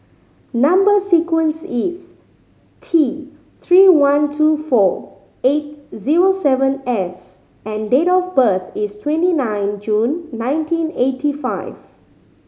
number sequence is T Three one two four eight zero seven S and date of birth is twenty nine June nineteen eighty five